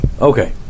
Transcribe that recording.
Okay